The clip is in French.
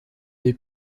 des